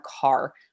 car